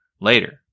later